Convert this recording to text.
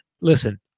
Listen